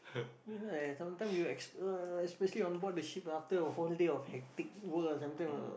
ya sometime you es~ uh especially on board the ship after a whole day of hectic work